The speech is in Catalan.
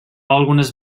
algunes